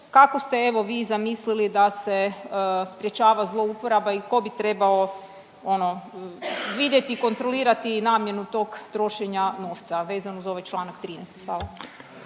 kako ste, evo, vi zamislili da se sprječava zlouporaba i tko bi trebao ono, vidjeti, kontrolirati namjenu tog trošenja novca, a vezan uz ovaj čl. 13? Hvala.